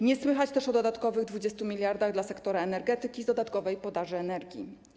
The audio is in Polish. Nie słychać też o dodatkowych 20 mld dla sektora energetyki z dodatkowej podaży energii.